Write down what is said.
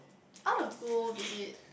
I wanna go visit